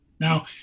Now